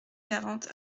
quarante